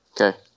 Okay